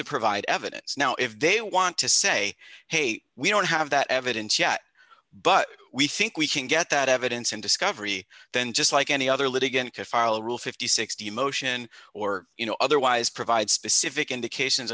to provide evidence now if they want to say hey we don't have that evidence yet but we think we can get that evidence and discovery then just like any other litigant to file a rule five thousand and sixty motion or you know otherwise provide specific indications